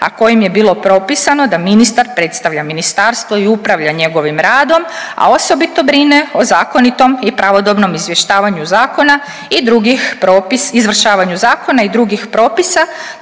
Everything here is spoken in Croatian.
a kojim je bilo propisano da ministar predstavlja ministarstvo i upravlja njegovim radom, a osobito brine o zakonitom i pravodobnom izvještavanju zakona i drugih,